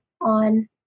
on